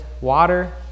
water